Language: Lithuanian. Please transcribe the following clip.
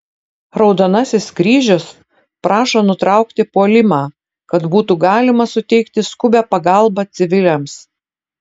raudonasis kryžius prašo nutraukti puolimą kad būtų galima suteikti skubią pagalbą civiliams